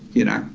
you know,